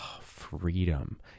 freedom